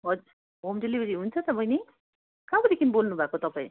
हजुर home delivery हुन्छ त बहिनी कहाँदेखि बोल्नु भएको तपाईँ